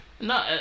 No